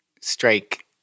strike